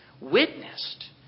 witnessed